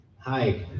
Hi